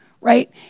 right